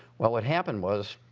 well, what happened was,